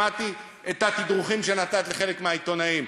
שמעתי את התדרוכים שנתת לחלק מהעיתונאים.